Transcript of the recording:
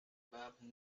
barbe